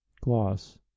Gloss